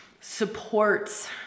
supports